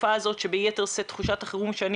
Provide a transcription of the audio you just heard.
בתקופה הזאת שביתר שאת תחושת החירום שאני